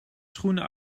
schoenen